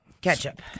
Ketchup